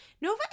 Nova